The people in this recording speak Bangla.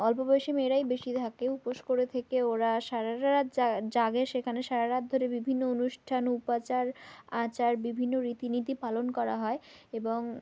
অল্পবয়সী মেয়েরাই বেশি থাকে উপোষ করে থেকে ওরা সারারাত জাগে সেখানে সারা রাত ধরে বিভিন্ন অনুষ্ঠান উপাচার আচার বিভিন্ন রীতিনীতি পালন করা হয় এবং